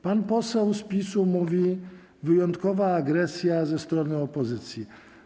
Pan poseł z PiS mówi: wyjątkowa agresja ze strony opozycji.